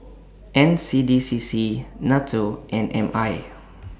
N C D C C NATO and M I